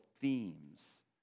themes